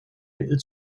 mittel